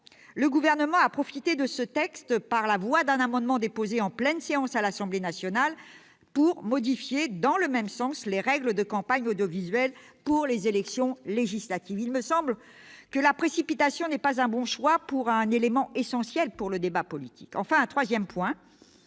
le Gouvernement a profité de ce texte, un amendement déposé en pleine séance à l'Assemblée nationale, pour modifier dans le même sens les règles de la campagne audiovisuelle pour les élections législatives. Il me semble que la précipitation n'est pas un bon choix pour un élément essentiel du débat politique. Enfin, un troisième point